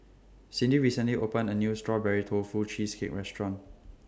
Cydney recently opened A New Strawberry Tofu Cheesecake Restaurant